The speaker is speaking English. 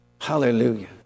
Hallelujah